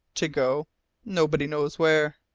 to go nobody knows where.